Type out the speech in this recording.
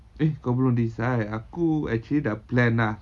eh kau belum decide aku actually the plan ah